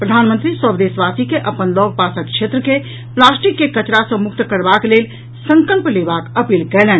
प्रधानमंत्री सभ देशवासी के अपन लऽग पासक क्षेत्र के प्लास्टिक के कचरा सॅ मुक्त करबाक लेल संकल्प लेबाक अपील कयलनि